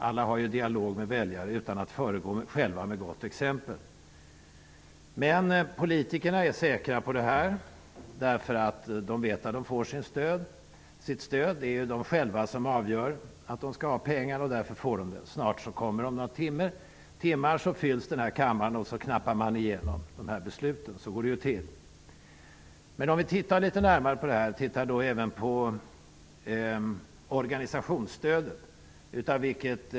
Alla har ju en dialog med sina väljare, utan att för den skull föregå med gott exempel. Men politikerna är säkra i denna fråga. De vet att de får sitt stöd. Det är ju de själva som avgör att de skall få pengarna. Därför får de pengarna. Om någon timma fylls denna kammare och besluten ''knappas igenom''. Så går det till. Låt oss titta litet närmare på denna fråga, bl.a. på organisationsstödet.